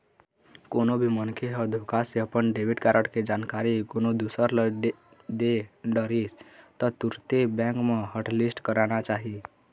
कोनो भी मनखे ह धोखा से अपन डेबिट कारड के जानकारी कोनो दूसर ल दे डरिस त तुरते बेंक म हॉटलिस्ट कराना चाही